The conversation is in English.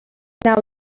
now